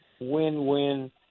win-win